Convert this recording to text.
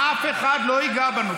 אף אחד לא ייגע בנו,